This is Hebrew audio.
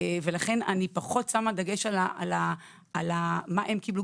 ולכן אני פחות שמה דגש על מה הם קיבלו,